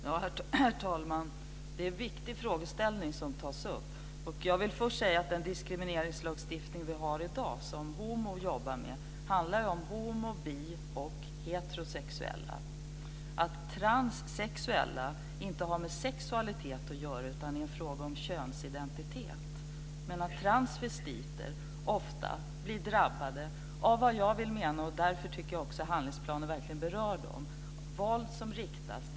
Herr talman! Det är en viktig frågeställning som tas upp. Den diskrimineringslagstiftning vi har i dag, som HomO jobbar med, handlar om homo-, bi och heterosexuella. Att vara transsexuell har inte med sexualitet att göra, utan det är en fråga om könsidentitet. Transvestiter blir ofta drabbade. Jag tycker också att handlingsplanen verkligen berör dem.